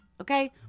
Okay